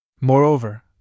Moreover